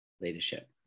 leadership